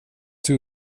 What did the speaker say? two